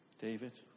David